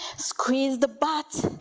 squeeze the butt,